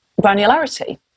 granularity